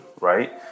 right